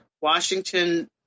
Washington